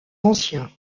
ancien